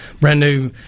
brand-new